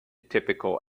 typical